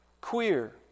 queer